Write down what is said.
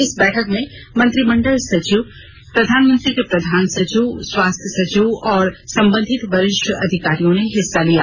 इस बैठक में मंत्रिमंडल सचिव प्रधानमंत्री के प्रधान सचिव स्वास्थ सचिव और संबंधित वरिष्ठ अधिकारियों ने हिस्सा लिया